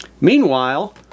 Meanwhile